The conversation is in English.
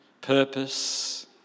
purpose